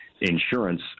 insurance